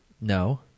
No